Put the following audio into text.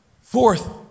Fourth